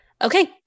Okay